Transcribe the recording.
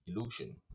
illusion